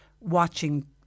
watching